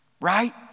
right